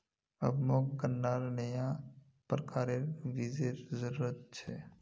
अब मोक गन्नार नया प्रकारेर बीजेर जरूरत छ